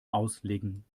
auslegen